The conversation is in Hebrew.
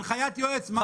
הנחיית יועץ --- סליחה,